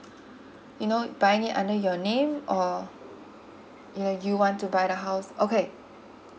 you know buying it under your name or you know you want to buy the house okay